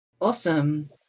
Awesome